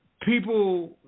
People